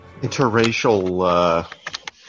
Interracial